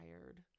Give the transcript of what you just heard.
tired